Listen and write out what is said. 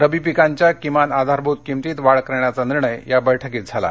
रबी पिकांच्या किमान आधारभूत किंमतीत वाढ करण्याचा निर्णय या बैठकीत झाला